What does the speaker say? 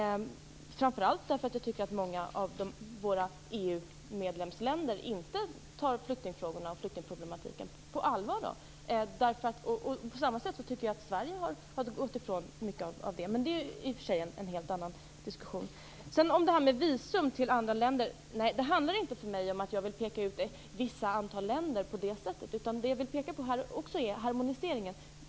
Framför allt gör jag det eftersom jag tycker att många EU-medlemsländer inte tar flyktingfrågorna och flyktingproblematiken på allvar. På samma sätt tycker jag att Sverige har gått ifrån mycket av det här. Men det är i och för sig en helt annan diskussion. Sedan till det här med visum till andra länder. Det handlar inte för mig om att jag vill peka ut ett visst antal länder på något sätt. Det jag vill peka på är också här harmoniseringen.